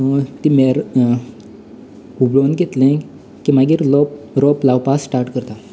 ती मेरो फुगोवन घेतली की मागीर रोंप रोंप लावपाक स्टार्ट करतात